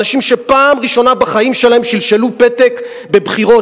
אנשים שפעם ראשונה בחיים שלהם שלשלו פתק בבחירות.